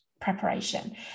preparation